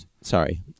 sorry